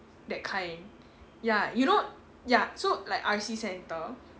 that kind ya you know ya so like R_C centre